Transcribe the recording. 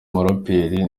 muraperi